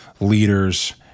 leaders